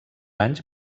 anys